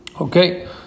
Okay